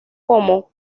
como